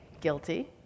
Guilty